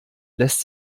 lässt